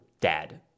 dad